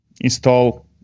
install